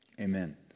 Amen